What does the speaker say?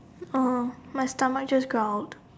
oh my stomach just growled